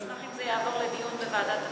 אני אשמח אם זה יעבור לדיון בוועדת הפנים.